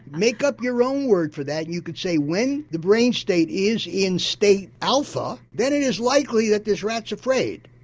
make up your own word for that and you could say when the brain state is in state alpha, then it is likely that this rat's afraid.